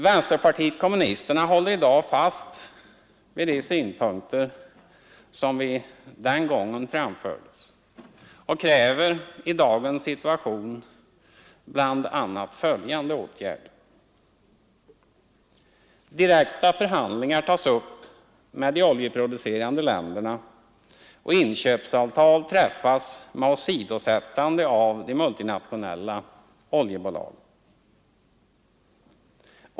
Vänsterpartiet kommunisterna håller fast vid de synpunkter vi den gången framförde och kräver i dagens situation bl.a. följande åtgärder: Direkta förhandlingar tas upp med de oljeproducerande länderna och inköpsavtal träffas med åsidosättande av de multinationella oljebolagen.